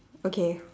okay